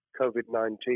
COVID-19